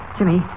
Jimmy